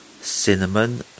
cinnamon